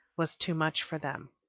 was too much for them.